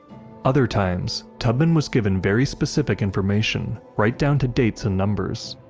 other times, tubman was given very specific information, right down to dates and numbers